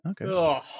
okay